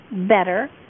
better